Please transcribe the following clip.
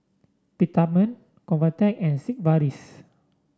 Peptamen Convatec and Sigvaris